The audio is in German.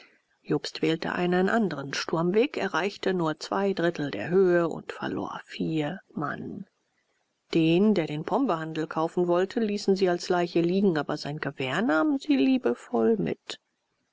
jobst wählte einen andren sturmweg erreichte nur zwei drittel der höhe und verlor vier mann den der den pombehandel kaufen wollte ließen sie als leiche liegen aber sein gewehr nahmen sie liebevoll mit